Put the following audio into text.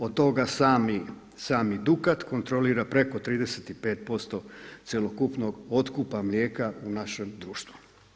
Od toga sami Dukat kontrolira preko 35% cjelokupnog otkupa mlijeka u našem društvu.